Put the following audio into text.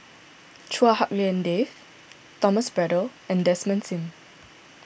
Chua Hak Lien Dave Thomas Braddell and Desmond Sim